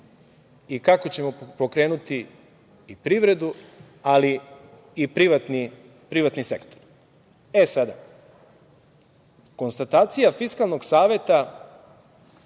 i kako ćemo pokrenuti i privredu, ali i privatni sektor? Sada, konstatacija Fiskalnog saveta